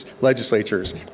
legislatures